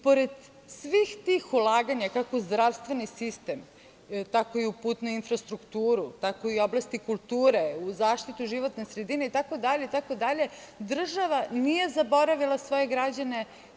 Pored svih tih ulaganja, kako u zdravstveni sistem, tako i u putnu infrastrukturu, tako i u oblasti kulture, zaštitu životne sredine, itd, država nije zaboravile svoje građane.